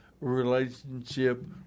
relationship